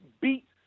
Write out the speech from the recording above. beat